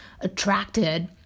attracted